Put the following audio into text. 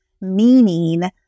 meaning